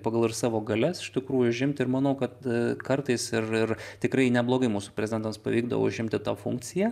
pagal ir savo galias iš tikrųjų užimti ir manau kad kartais ir ir tikrai neblogai mūsų prezidentams pavykdavo užimti tą funkciją